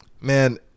man